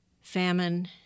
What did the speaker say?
famine